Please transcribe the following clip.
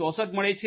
64 મળે છે